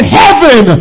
heaven